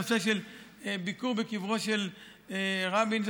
הנושא של ביקור בקברו של רבין,